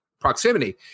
proximity